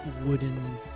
wooden